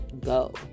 go